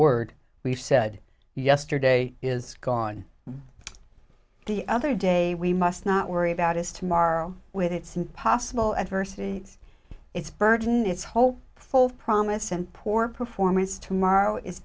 word we said yesterday is gone the other day we must not worry about this tomorrow with its impossible adversity its burden its whole full promise and poor performance tomorrow is